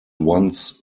once